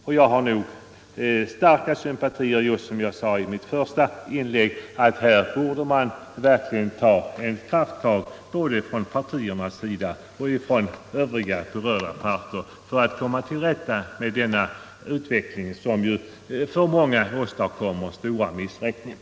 Jag sympatiserar starkt med en sådan inställning, och jag upprepar vad jag sade i mitt första inlägg: här borde både partierna och övriga berörda parter ta ett krafttag för att komma till rätta med den den inflation som för många människor åstadkommer stora missräkningar.